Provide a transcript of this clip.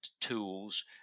tools